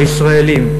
הישראלים,